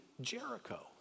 Jericho